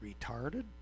retarded